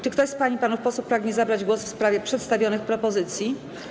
Czy ktoś z pań i panów posłów pragnie zabrać głos w sprawie przedstawionych propozycji?